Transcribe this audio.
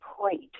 point